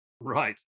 Right